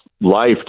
life